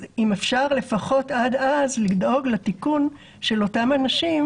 אז אם אפשר לפחות עד אז לדאוג לתיקון של אותם אנשים